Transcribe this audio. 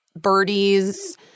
Birdie's